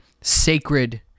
sacred